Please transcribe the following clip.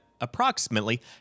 approximately